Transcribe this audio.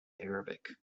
arabic